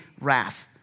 wrath